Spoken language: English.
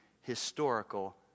historical